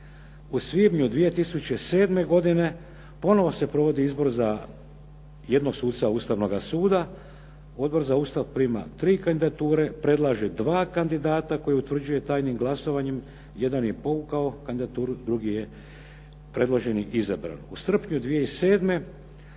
U svibnju 2007. godine ponovo se provodi izbor za jednog suca Ustavnoga suda, Odbor za Ustav prima tri kandidature, predlaže 2 kandidata koje utvrđuje tajnim glasovanjem, jedan je povukao kandidaturu, drugi je predložen i izabran.